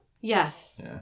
Yes